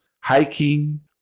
Hiking